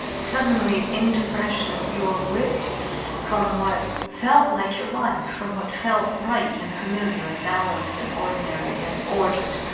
suddenly, in depression, you are ripped from what felt like your life, from what felt right and familiar and balanced and ordinary and ordered,